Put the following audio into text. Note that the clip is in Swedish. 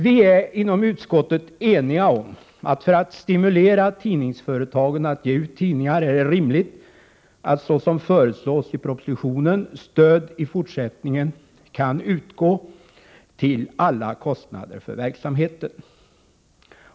Vi är inom utskottet eniga om att för att stimulera tidningsföretagen att ge ut taltidningar är det rimligt att såsom föreslås i propositionen stöd i fortsättningen kan utgå till alla kostnader för verksamheten.